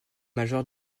major